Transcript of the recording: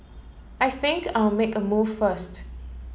I think I'll make a move first